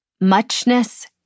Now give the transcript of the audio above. Muchness